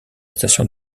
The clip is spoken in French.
station